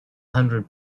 hundred